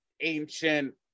ancient